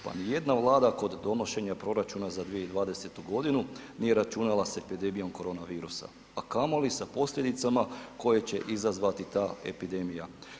Pa nijedna vlada kod donošenja proračuna za 2020. g. nije računala sa epidemijom korona virusa a kamoli sa posljedicama koje će izazvati ta epidemija.